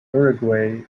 uruguay